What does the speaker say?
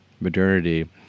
modernity